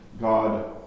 God